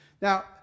Now